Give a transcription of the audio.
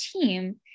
team